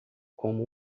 como